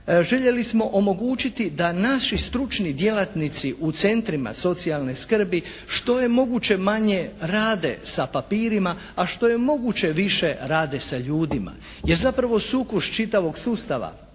Željeli smo omogućiti da naši stručni djelatnici u centrima socijalne skrbi što je moguće manje rade sa papirima a što je moguće više rade sa ljudima. Jer zapravo sukus čitavog sustava